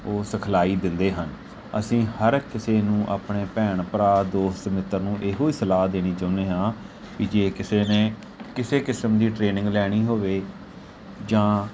ਉਹ ਸਿਖਲਾਈ ਦਿੰਦੇ ਹਨ ਅਸੀਂ ਹਰ ਕਿਸੇ ਨੂੰ ਆਪਣੇ ਭੈਣ ਭਰਾ ਦੋਸਤ ਮਿੱਤਰ ਨੂੰ ਇਹੋ ਹੀ ਸਲਾਹ ਦੇਣੀ ਚਾਹੁੰਦੇ ਹਾਂ ਵੀ ਜੇ ਕਿਸੇ ਨੇ ਕਿਸੇ ਕਿਸਮ ਦੀ ਟ੍ਰੇਨਿੰਗ ਲੈਣੀ ਹੋਵੇ ਜਾਂ